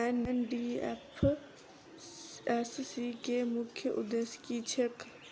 NDFSC केँ मुख्य उद्देश्य की छैक?